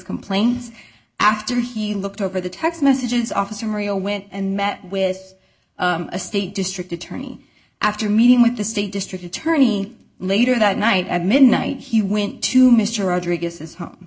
complaints after he looked over the text messages officer maria went and met with a state district attorney after meeting with the state district attorney later that night at midnight he went to mr rodriguez's home